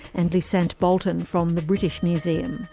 and lissant bolton from the british museum.